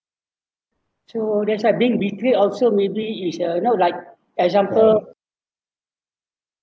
so that's why being betrayed also maybe is uh you know like example